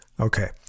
Okay